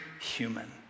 human